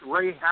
Ray